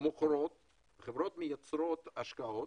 מייצרות השקעות